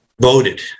voted